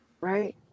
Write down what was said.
Right